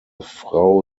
frau